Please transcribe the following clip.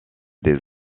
des